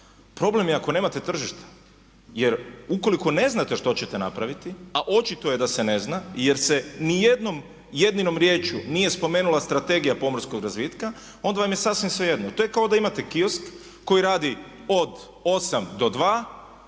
problem je ako nemate tržišta. Jer ukoliko ne znate što ćete napraviti, a očito je da se ne zna jer se nijednom jedinom riječju nije spomenula Strategija pomorskog razvitka, onda vam je sasvim svejedno. To je kao da imate kiosk koji radi od 8 do 14